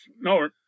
no